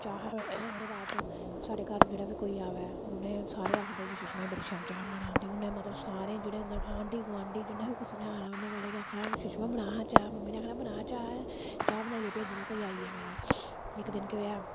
चाह् ओहदे बाद च साढ़े घर जेह्ड़ा बी कोई आवै हून एह् सारे आखदे कि सुषमा गी बड़ी शैल चाह् बनाना औंदी हून एह् मतलब सारे जेह्ड़े न आंढी गोआंढी जि'न्नै बी कुसै ने औना उ'नें पैह्ले केह् आखना सुषमा बना हां चाह् मम्मी ने आखना बना चाह् चाह् बनाइयै भेजना कोई आई जावै ते इक दिन के होएआ